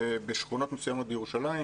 בשכונות מסוימות בירושלים,